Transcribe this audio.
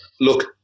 Look